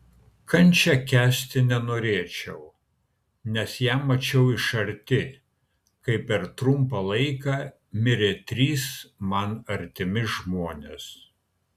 kančią kęsti nenorėčiau nes ją mačiau iš arti kai per trumpą laiką mirė trys man artimi žmonės